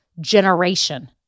generation